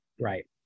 Right